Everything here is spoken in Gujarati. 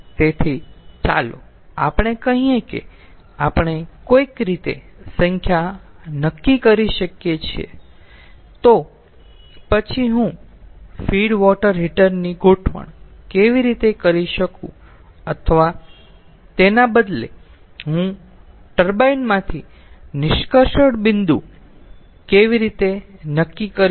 તેથી ચાલો આપણે કહીએ કે આપણે કોઈક રીતે સંખ્યા નક્કી કરી છે તો પછી હું ફીડ વોટર હીટર ની ગોઠવણ કેવી રીતે નક્કી કરી શકું અથવા તેના બદલે હું ટર્બાઇન માંથી નિષ્કર્ષણ બિંદુ કેવી રીતે નક્કી કરી શકું